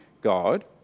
God